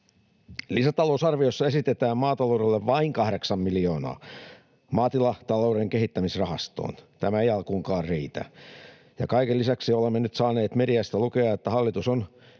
Lisätalousarviossa esitetään maataloudelle vain kahdeksan miljoonaa Maatilatalouden Kehittämisrahastoon — tämä ei alkuunkaan riitä. Ja kaiken lisäksi olemme nyt saaneet mediasta lukea, että hallitus on